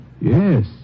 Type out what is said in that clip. Yes